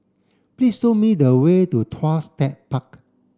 please show me the way to Tuas Tech Park